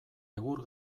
egur